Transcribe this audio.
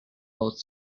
both